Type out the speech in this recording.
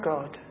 God